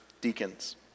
deacons